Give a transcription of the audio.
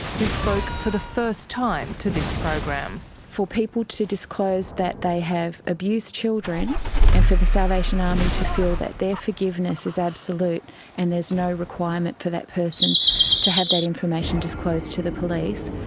who spoke for the first time to this program. for people to disclose that they have abused children and for the salvation army to feel that their forgiveness is absolute and there's no requirement for that person to have that information disclosed to the police,